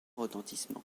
retentissement